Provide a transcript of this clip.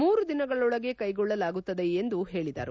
ಮೂರು ದಿನಗಳೊಳಗೆ ಕ್ಕೆಗೊಳ್ಳಲಾಗುತ್ತಿದೆ ಎಂದು ಹೇಳಿದರು